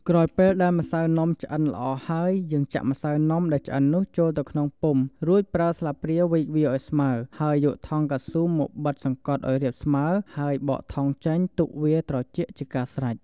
ក្រោយពេលដែលម្សៅនំឆ្អិនល្អហើយយើងចាក់ម្សៅនំដែលឆ្អិននោះចូលទៅក្នុងពុម្ពរួចប្រើស្លាបព្រាវែកវាឲ្យស្មើរហើយយកថង់កៅស៊ូមកបិទសង្កត់ឲ្យរាបស្មើរហើយបកថង់ចេញទុកវាត្រជាក់ជាការស្រេច។